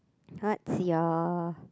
what's your